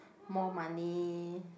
more money